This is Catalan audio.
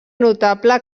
notable